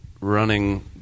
running